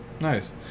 Nice